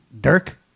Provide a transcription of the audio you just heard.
Dirk